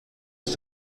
ist